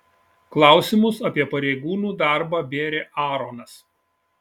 klausimus apie pareigūnų darbą bėrė aaronas